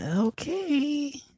Okay